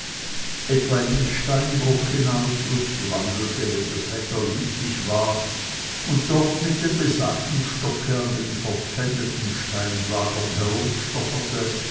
etwa in den steinbruch hinaus lustwandelte wenn das wetter lieblich war und dort mit dem besagten stocke an den verpfändeten